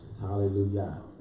Hallelujah